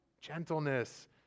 gentleness